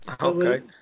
Okay